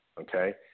Okay